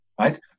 right